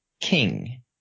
King